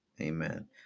Amen